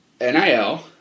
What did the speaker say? NIL